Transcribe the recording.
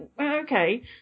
okay